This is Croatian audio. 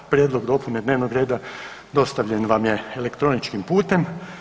Prijedlog dopune dnevnog reda dostavljen vam je elektroničkim putem.